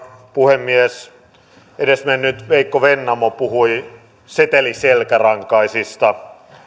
puhemies edesmennyt veikko vennamo puhui seteliselkärankaisista